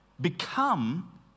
become